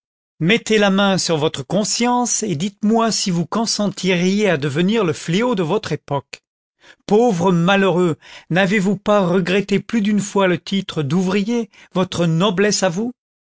mettez la main sur votre conscience et dites-moi si vous consentiriez à devenir le fléau de votre époque pauvre malheureux n'avez-vous pas regretté plus d'une fois le titre d'ouvrier votre noblesse à vous